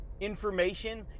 information